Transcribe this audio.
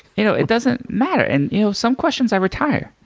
you know it doesn't matter. and you know some questions i retire,